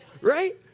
Right